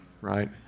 right